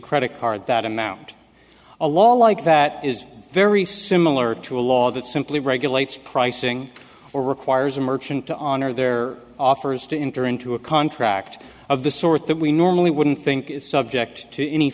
credit card that amount a law like that is very similar to a law that simply regulates pricing or requires a merchant to honor their offers to enter into a contract of the sort that we normally wouldn't think is subject to any